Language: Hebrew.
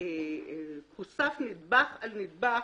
הוסף נדבך על נדבך,